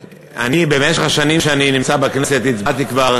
במשך השנים שאני נמצא בכנסת הצבעתי כבר